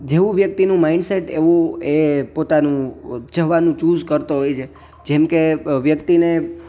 જેવું વ્યક્તિનું mind set એવું એ પોતાનું જવાનું ચુસ કરતો હોય છે જેમ કે વ્યક્તિને